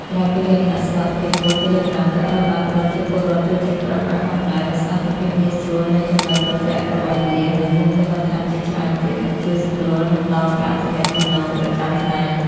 ក្រៅពីលក្ខណៈសុវត្ថិភាពខ្ពស់ Telegram ក៏ត្រូវបានប្រជាពលរដ្ឋចូលចិត្តប្រើប្រាស់ផងដែរ ដោយសារតែ ភាពងាយស្រួល នៃចំណុចប្រទាក់របស់វា និងមុខងារបន្ថែមជាច្រើនទៀតដែលជួយសម្រួលដល់ការទំនាក់ទំនងប្រចាំថ្ងៃ។